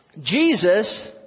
Jesus